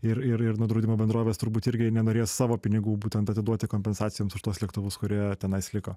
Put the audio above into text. ir ir ir nu draudimo bendrovės turbūt irgi nenorės savo pinigų būtent atiduoti kompensacijoms už tuos lėktuvus kurie tenais liko